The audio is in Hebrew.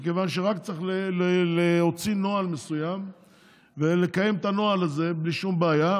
מכיוון שרק צריך להוציא נוהל מסוים ולקיים את הנוהל הזה בלי שום בעיה.